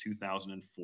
2004